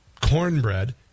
cornbread